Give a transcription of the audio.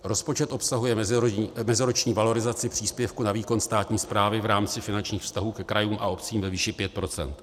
Rozpočet obsahuje meziroční valorizaci příspěvku na výkon státní správy v rámci finančních vztahů ke krajům a obcím ve výši 5 %.